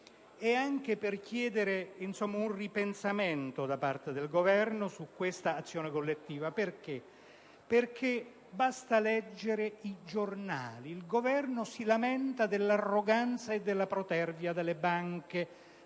anche per chiedere un ripensamento da parte del Governo su questa azione collettiva. Basta leggere i giornali: il Governo si lamenta dell'arroganza e della protervia delle banche.